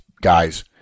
guys